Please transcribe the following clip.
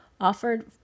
offered